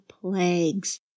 plagues